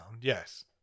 Yes